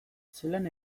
zelan